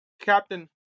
Captain